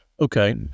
Okay